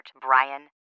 Brian